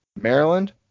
Maryland